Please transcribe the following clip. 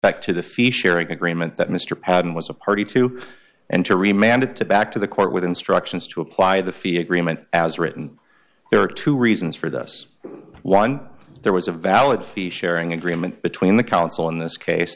back to the fee sharing agreement that mr patten was a party to and to re mandate to back to the court with instructions to apply the fee agreement as written there are two dollars reasons for this one there was a valid fee sharing agreement between the counsel in this case